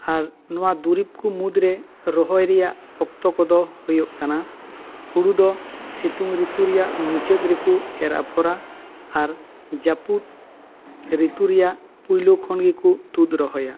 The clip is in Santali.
ᱟᱨ ᱱᱚᱣᱟ ᱫᱩᱨᱤᱵᱽ ᱠᱚ ᱢᱩᱫᱽ ᱨᱮ ᱨᱚᱦᱚᱭ ᱨᱮᱭᱟᱜ ᱚᱠᱛᱚ ᱠᱚᱫᱚ ᱦᱩᱭᱩᱜ ᱠᱟᱱᱟ ᱦᱳᱲᱳ ᱫᱚ ᱥᱤᱛᱩᱝ ᱨᱤᱛᱩ ᱨᱮᱭᱟᱜ ᱢᱩᱪᱟᱹᱫ ᱮᱨ ᱠᱚ ᱮᱨ ᱟᱯᱷᱚᱨᱟ ᱟᱨ ᱡᱟᱹᱯᱤᱫ ᱨᱤᱛᱩ ᱨᱮᱭᱟᱜ ᱯᱩᱭᱞᱩ ᱠᱷᱚᱱ ᱜᱮᱠᱚ ᱛᱩᱫ ᱨᱚᱦᱟᱭᱟ